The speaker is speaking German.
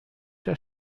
der